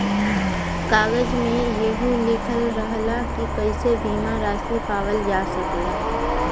कागज में यहू लिखल रहला की कइसे बीमा रासी पावल जा सकला